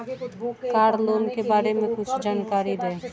Car loan के बारे में कुछ जानकारी दें?